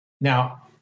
Now